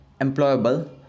employable